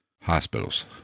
hospitals